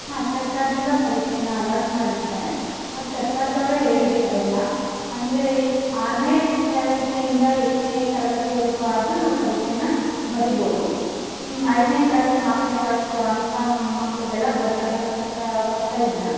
ಹಾಂ ಸರ್ಕಾರದಿಂದ ಪರೀಕ್ಷೆನ ಅಲಾಟ್ ಮಾಡಿರ್ತಾರೆ ಅದು ಸರ್ಕಾರದವರೇ ಹೇಳಿರ್ತಾರೆ ಎಲ್ಲ ಅಂದರೆ ಆರನೇ ತರಗತಿಯಿಂದ ಎಷ್ಟನೇ ತರಗತಿವರೆಗೂ ಆದರೂ ನಾವು ಪರೀಕ್ಷೆನ ಬರೀಬೋದು ಐದನೇ ಕ್ಲಾಸ್ ನಾಲ್ಕನೇ ಕ್ಲಾಸ್ ಅಂಥ ಮಕ್ಕಳಿಗೆಲ್ಲ ಬರಿಯ ಬರೆಸೋಕ್ಕೆ ಅವಕಾಶ ಇಲ್ಲ